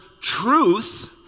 truth